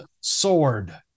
sword